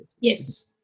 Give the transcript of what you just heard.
Yes